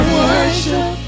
worship